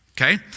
Okay